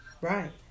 right